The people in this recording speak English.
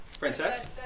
Princess